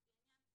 לפי העניין,